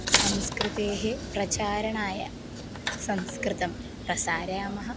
संस्कृतेः प्रचारणाय संस्कृतं प्रसारयामः